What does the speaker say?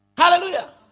Hallelujah